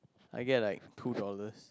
I get like two dollars